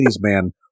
man